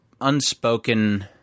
unspoken